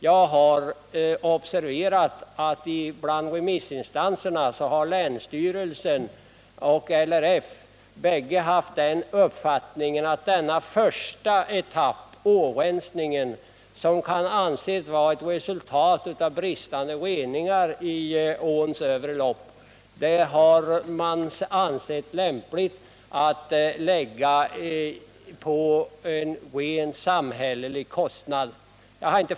Jag har observerat att bland remissinstanserna både länsstyrelsen och LRF haft den uppfattningen att den första etappen av åtgärderna, årensningen, som blivit nödvändig på grund av bristande rening i åns övre lopp, helt skall bestridas av samhälleliga medel.